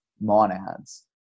monads